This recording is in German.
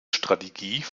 strategie